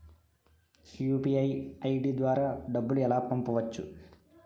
UPI ID ద్వారా డబ్బులు ఎలా పంపవచ్చు?